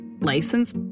license